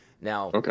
Now